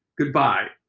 goodbye,